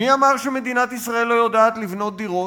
מי אמר שמדינת ישראל לא יודעת לבנות דירות?